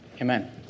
Amen